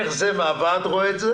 אני רואה איך זה מהוועד רואה את זה